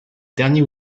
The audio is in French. dernier